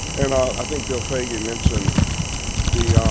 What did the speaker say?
and i think bill foege mentioned the